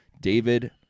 David